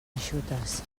eixutes